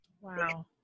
Wow